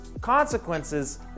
consequences